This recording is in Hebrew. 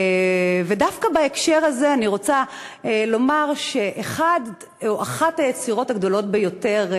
ודווקא בהקשר הזה אני רוצה לומר שאחת היצירות הגדולות ביותר,